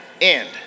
end